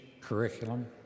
curriculum